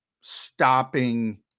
stopping